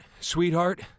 sweetheart